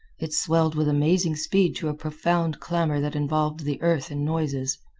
it swelled with amazing speed to a profound clamor that involved the earth in noises.